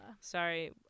Sorry